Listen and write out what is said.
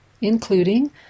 including